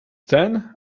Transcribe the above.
then